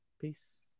Peace